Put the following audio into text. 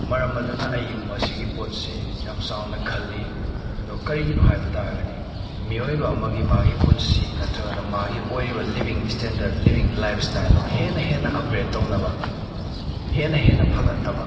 ꯃꯔꯝ ꯑꯗꯨꯅ ꯑꯩ ꯃꯁꯤꯒꯤ ꯄꯣꯠꯁꯤ ꯌꯥꯝ ꯆꯥꯎꯅ ꯈꯜꯂꯤ ꯑꯗꯣ ꯀꯔꯤꯒꯤꯅꯣ ꯍꯥꯏꯕ ꯇꯥꯔꯒꯗꯤ ꯃꯤꯑꯣꯏꯕ ꯑꯃꯒꯤ ꯃꯥꯛꯀꯤ ꯄꯨꯟꯁꯤ ꯅꯠꯇ꯭ꯔꯒꯅ ꯃꯥꯛꯀꯤ ꯑꯣꯏꯔꯤꯕ ꯂꯤꯕꯤꯡ ꯁ꯭ꯇꯦꯟꯗꯔ꯭ꯠ ꯂꯤꯕꯤꯡ ꯂꯥꯏꯐ ꯁ꯭ꯇꯥꯏꯜꯗꯣ ꯍꯦꯟꯅ ꯍꯦꯟꯅ ꯑꯞꯒ꯭ꯔꯦꯗ ꯇꯧꯅꯕ ꯍꯦꯟꯅ ꯍꯦꯟꯅ ꯐꯒꯠꯅꯕ